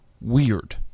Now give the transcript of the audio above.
weird